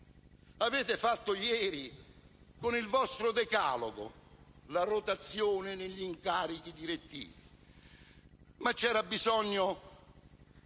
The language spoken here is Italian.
avete fatto ieri con il vostro decalogo che prevede la rotazione degli incarichi direttivi. Ma c'era bisogno